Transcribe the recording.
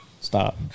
stop